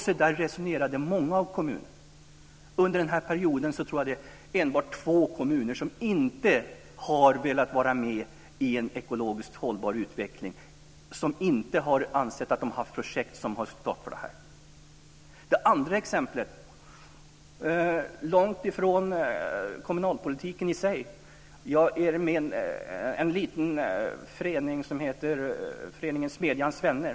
Så där resonerade många av kommunerna. Under den här perioden tror jag att det var enbart två kommuner som inte ville vara med i en ekologiskt hållbar utveckling, som inte ansåg sig ha projekt som stod för detta. Det andra exemplet ligger långt ifrån kommunalpolitiken. Jag är med i en liten förening som heter Föreningen Smedjans vänner.